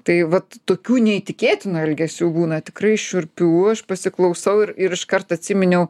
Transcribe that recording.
tai vat tokių neįtikėtinų elgesių būna tikrai šiurpių aš pasiklausau ir ir iškart atsiminiau